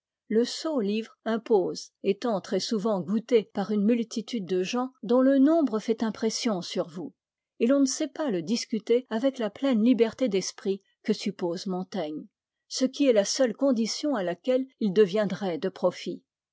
le sot livre impose étant très souvent goûté par une multitude de gens dont le nombre fait impression sur vous et l'on ne sait pas le discuter avec la pleine liberté d'esprit que suppose montaigne ce qui est la seule condition à laquelle il deviendrait de profit